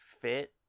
fit